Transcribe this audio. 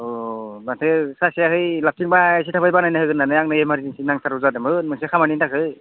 अ माथो सासेयाहाय लाखिबायसो थाबाय बानायना होगोन होननानै आंनो एमारजेन्सि नांगौ जिथारदोंमोन मोनसे खामानिनि थाखाय